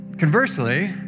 Conversely